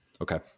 Okay